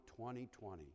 2020